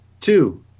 two